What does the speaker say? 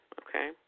okay